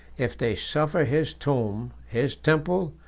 if they suffer his tomb, his temple,